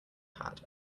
hat